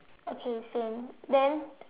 okay same then